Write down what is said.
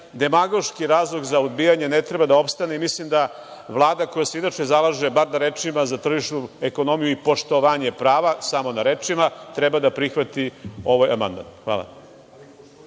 demagoški razlog za odbijanje ne treba da opstane i mislim da Vlada koja se inače zalaže bar na rečima za tržišnu ekonomiju i poštovanje prava samo na rečima treba da prihvati ovaj amandman. Hvala.